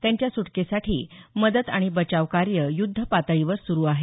त्यांच्या सुटकेसाठी मदत आणि बचाव कार्य युद्ध पातळीवर सुरु आहे